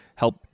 help